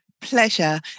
pleasure